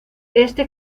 este